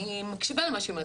אני מקשיבה למה שהיא אומרת,